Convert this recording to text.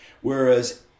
Whereas